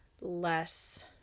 less